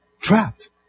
trapped